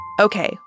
Okay